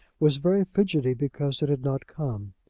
was very fidgety because it had not come.